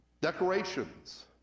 decorations